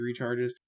recharges